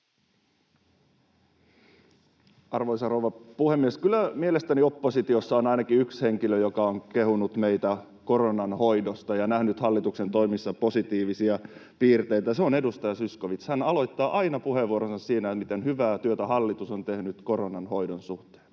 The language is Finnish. Arvoisa rouva puhemies! Kyllä mielestäni oppositiossa on ainakin yksi henkilö, joka on kehunut meitä koronanhoidosta ja nähnyt hallituksen toimissa positiivisia piirteitä: se on edustaja Zyskowicz. Hän aloittaa aina puheenvuoronsa sillä, miten hyvää työtä hallitus on tehnyt koronanhoidon suhteen